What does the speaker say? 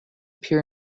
peer